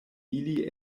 ili